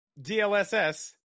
DLSS